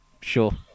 Sure